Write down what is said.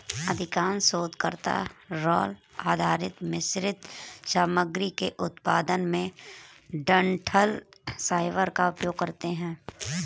अधिकांश शोधकर्ता राल आधारित मिश्रित सामग्री के उत्पादन में डंठल फाइबर का उपयोग करते है